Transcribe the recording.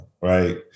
right